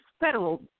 federal